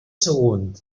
sagunt